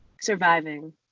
surviving